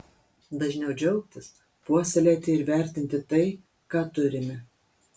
dažniau džiaugtis puoselėti ir vertinti tai ką turime